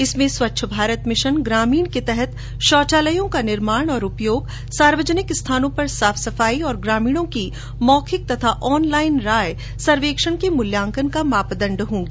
इनमें स्वच्छ भारत मिशन ग्रामीण के तहत शौचालयों का निर्माण और उपयोग सार्वजनिक स्थलों पर साफ सफाई और ग्रामीणों की मौखिक तथा ऑनलाईन राय सर्वेक्षण के मूल्यांकन का मापदण्ड होगी